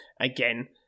Again